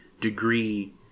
degree